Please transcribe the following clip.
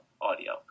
audio